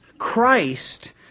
Christ